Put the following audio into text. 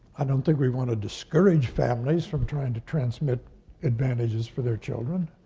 i don't think we'd wanna discourage families from trying to transmit advantages for their children.